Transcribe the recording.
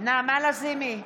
נעמה לזימי,